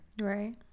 right